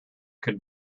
could